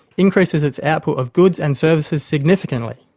increases its output of goods and services significantly.